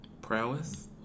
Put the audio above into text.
Prowess